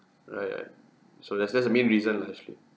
right so that's that's the main reason lah actually